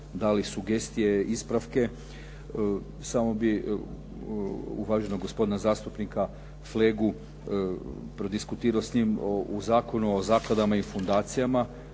dali sugestije, ispravke. Samo bih uvaženog gospodina zastupnika Flegu, prodiskutirao sa njim u Zakonu o zakladama i fundacijama